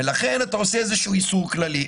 ולכן אתה עושה איזשהו איסור כללי.